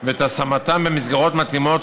ואת השמתם במסגרות מתאימות.